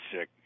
sick